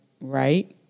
right